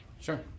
Sure